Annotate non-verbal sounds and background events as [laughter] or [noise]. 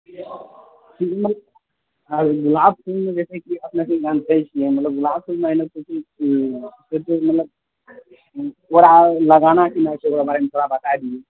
[unintelligible] ओकरा लगाना छै केना छै ओकराबारे मे थोड़ा बताए दिऔ